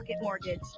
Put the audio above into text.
Mortgage